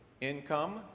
income